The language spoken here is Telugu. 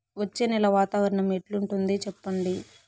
వచ్చే నెల వాతావరణం ఎట్లుంటుంది చెప్పండి?